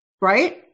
right